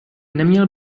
neměl